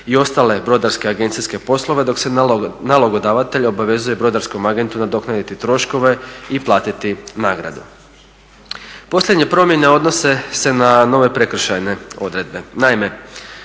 i ostale brodarske agencijske poslove dok se nalogodavatelja obavezuje brodarskom agentu nadoknaditi troškove i platiti nagradu. Posljednje promjene odnose se na nove prekršajne odredbe.